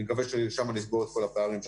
אני מקווה ששם נסגור את כל הפערים שישנם.